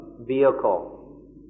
vehicle